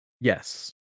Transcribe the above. Yes